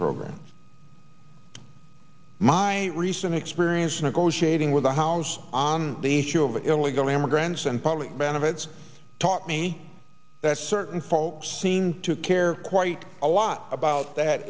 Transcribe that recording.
program my recent experience negotiating with the house on the issue of illegal immigrants and public benefits taught me that certain folks seem to care quite a lot about that